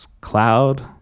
cloud